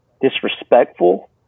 disrespectful